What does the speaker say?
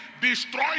Destroy